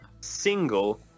single